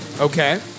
Okay